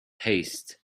haste